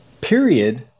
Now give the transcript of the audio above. period